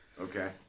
Okay